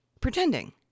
pretending